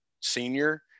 Senior